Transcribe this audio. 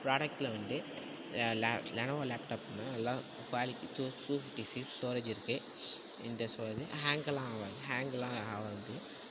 ப்ராடக்ட்டில் வந்து லே லெனோவோ லேப்டாப்லாம் நல்லா quality two fifty six storage இருக்கு இந்த சோ ஹேங்க்கெல்லாம் ஆகாது ஹேங்க்கெல்லாம் ஆகாது